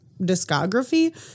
discography